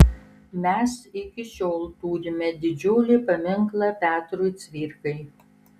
mes iki šiol turime didžiulį paminklą petrui cvirkai